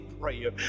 prayer